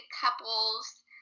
couples